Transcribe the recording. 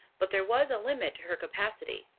but there was a limit to her capacity.